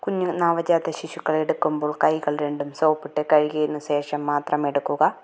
കുഞ്ഞു നവജാത ശിശുക്കളെ എടുക്കുമ്പോൾ കൈകള് രണ്ടും സോപ്പിട്ടു കഴുകിയതിനു ശേഷം മാത്രം എടുക്കുക